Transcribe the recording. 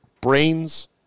Brains